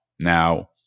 Now